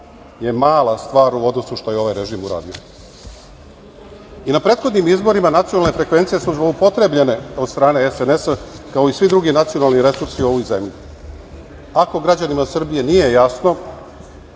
je mala stvar u odnosu što je ovaj režim uradio. Na prethodnim izborima nacionalne frekvencije su zloupotrebljene od strane SNS, kao i svi drugi nacionalni resursi u ovoj zemlji. Ako građanima Srbije nije jasno